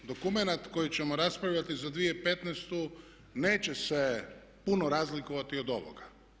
Dokumenat koji ćemo raspravljati za 2015. neće se puno razlikovati od ovoga.